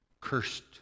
cursed